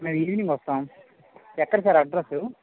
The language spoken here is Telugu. మేము ఈవినింగ్ వస్తాము ఎక్కడ సార్ అడ్రసు